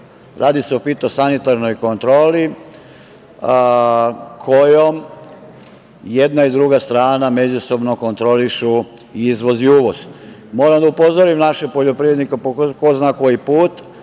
Radi se o fitosanitarnoj kontroli kojom jedna i druga strana međusobno kontrolišu izvoz i uvoz. Moram da upozorim naše poljoprivrednike po ko zna koji put